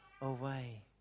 away